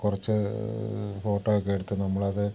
കുറച്ച് ഫോട്ടോയൊക്കെ എടുത്ത് നമ്മളത്